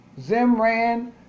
Zimran